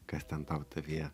kas ten tau tavyje